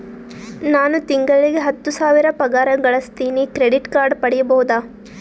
ನಾನು ತಿಂಗಳಿಗೆ ಹತ್ತು ಸಾವಿರ ಪಗಾರ ಗಳಸತಿನಿ ಕ್ರೆಡಿಟ್ ಕಾರ್ಡ್ ಪಡಿಬಹುದಾ?